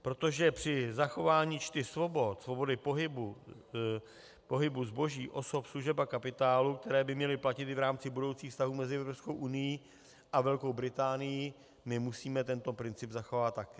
Protože při zachování čtyř svobod, svobody pohybu, pohybu zboží, osob, služeb a kapitálu, které by měly platit i v rámci budoucích vztahů mezi EU a Velkou Británií, my musíme tento princip zachovat také.